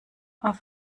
auf